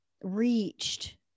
reached